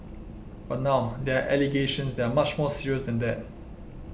but now there are allegations that are much more serious than that